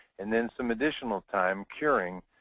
and then some additional time curing,